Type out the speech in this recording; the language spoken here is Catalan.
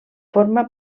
forma